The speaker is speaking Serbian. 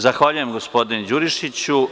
Zahvaljujem, gospodine Đurišiću.